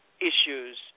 issues